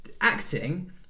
acting